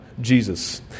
Jesus